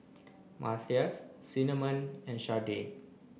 Matthias Cinnamon and Sharday